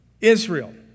Israel